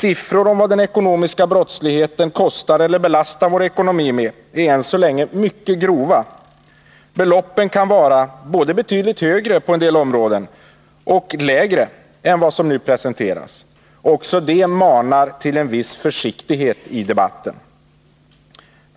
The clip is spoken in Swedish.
Siffror på vad den ekonomiska brottsligheten kostar eller belastar vår ekonomi med är än så länge mycket grova — beloppen kan vara både betydligt högre på en del områden och betydligt lägre på andra än vad som nu presenteras. Också det manar till en viss försiktighet i debatten.